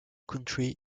country